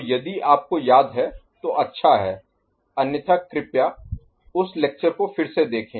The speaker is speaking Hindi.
तो यदि आपको याद है तो अच्छा है अन्यथा कृपया उस लेक्चर को फिर से देखें